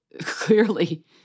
clearly